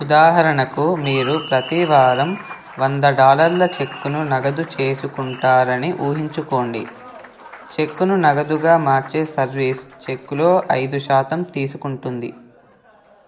ఉదాహరణకు మీరు ప్రతి వారం వంద డాలర్ల చెక్కును నగదు చేసుకుంటారని ఊహించుకోండి చెక్కును నగదుగా మార్చే సర్వీస్ చెక్కులో ఐదు శాతం తీసుకుంటుంది